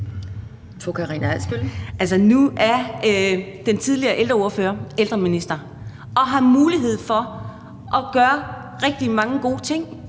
nu er den tidligere ældreordfører blevet ældreminister og har mulighed for at gøre rigtig mange gode ting